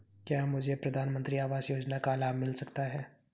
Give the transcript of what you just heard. क्या मुझे प्रधानमंत्री आवास योजना का लाभ मिल सकता है?